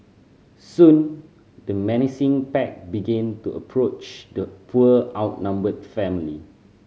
soon the menacing pack began to approach the poor outnumbered family